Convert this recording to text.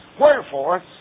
Wherefore